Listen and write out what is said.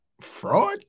fraud